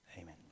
amen